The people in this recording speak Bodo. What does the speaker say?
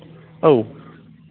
औ